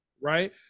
right